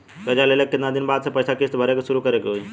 कर्जा लेला के केतना दिन बाद से पैसा किश्त भरे के शुरू करे के होई?